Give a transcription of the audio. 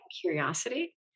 curiosity